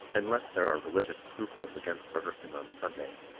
unless there are religious scruples against rehearsing on sunday,